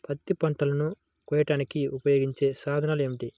పత్తి పంటలను కోయడానికి ఉపయోగించే సాధనాలు ఏమిటీ?